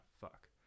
fuck